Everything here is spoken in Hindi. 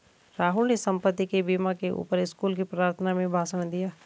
राहुल ने संपत्ति के बीमा के ऊपर स्कूल की प्रार्थना में भाषण दिया